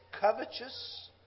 covetous